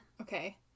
Okay